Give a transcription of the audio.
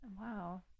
Wow